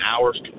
hour's